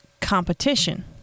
competition